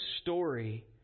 story